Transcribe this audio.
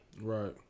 Right